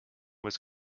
was